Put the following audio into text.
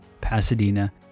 Pasadena